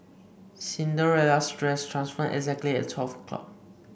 Cinderella's dress transformed exactly at twelve o'clock